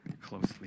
closely